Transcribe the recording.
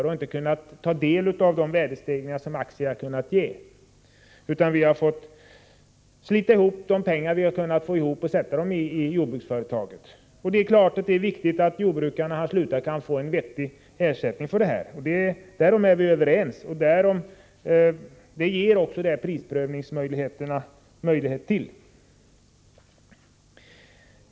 Vi har inte kunnat ta del av de värdestegringar som aktier har kunnat ge, utan de pengar vi har kunnat slita ihop har vi fått sätta in i jordbruksföretaget. Det är klart att det är viktigt att jordbrukaren, när han slutar, kan få en vettig ersättning. Därom är vi överens, och det ger också prisprövningssystemet möjlighet till.